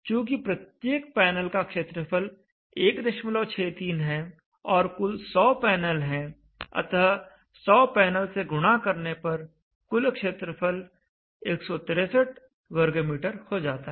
चूँकि प्रत्येक पैनल का क्षेत्रफल 163 है और कुल 100 पैनल हैं अतः 100 पैनल से गुणा करने पर कुल क्षेत्रफल 163 m2 हो जाता है